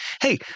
Hey